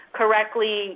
correctly